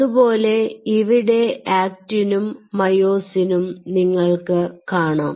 അതുപോലെ ഇവിടെ ആക്റ്റിനും മയോസിനും നിങ്ങൾക്ക് കാണാം